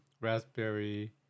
raspberry